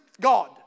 God